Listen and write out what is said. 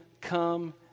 come